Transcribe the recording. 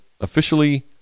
officially